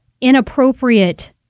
inappropriate